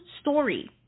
story